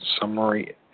summary